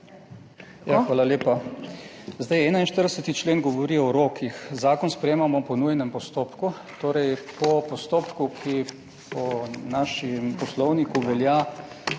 hvala lepa. Zdaj 41. člen govori o rokih. Zakon sprejemamo po nujnem postopku, torej po postopku, ki po našem poslovniku velja